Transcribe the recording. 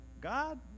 God